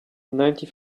ninety